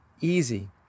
easy